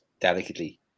delicately